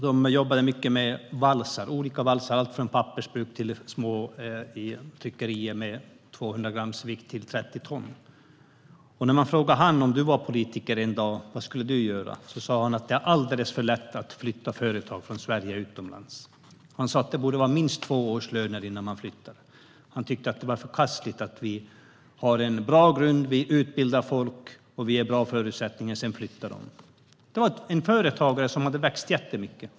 De jobbade med olika valsar, allt från pappersbruksvalsar till små tryckerivalsar, allt från 200 grams vikt till 30 tons vikt. När jag frågade företagaren vad han skulle göra om han var politiker för en dag sa han: Det är alldeles för lätt att flytta företag från Sverige utomlands. Det borde vara minst två årslöner innan man flyttar. Han tyckte att det var förkastligt att vi lägger en bra grund, utbildar folk och ger bra förutsättningar, och sedan flyttar de. Detta var en företagare vars företag hade växt jättemycket.